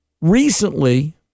Recently